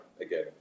again